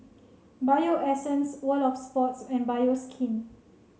Bio Essence World Of Sports and Bioskin